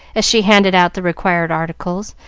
as she handed out the required articles,